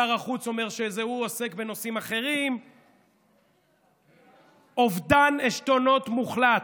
שר החוץ אומר שהוא עוסק בנושאים אחרים אובדן עשתונות מוחלט.